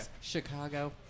Chicago